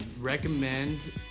recommend